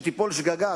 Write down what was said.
תיפול שגגה,